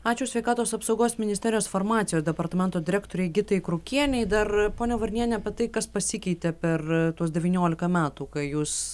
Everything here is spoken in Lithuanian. ačiū sveikatos apsaugos ministerijos farmacijos departamento direktorei gitai krukienei dar ponia varniene apie tai kas pasikeitė per tuos devyniolika metų kai jūs